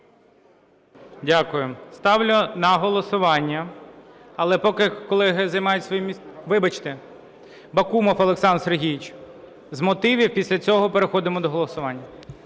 Дякую. Ставлю на голосування. Але поки колеги займають свої… Вибачте. Бакумов Олександр Сергійович з мотивів, після цього переходимо до голосування.